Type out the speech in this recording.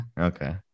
Okay